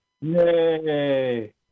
Yay